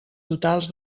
totals